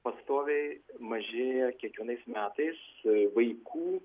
pastoviai mažėja kiekvienais metais vaikų